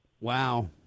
wow